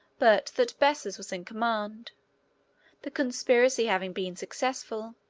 but that bessus was in command the conspiracy having been successful,